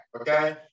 okay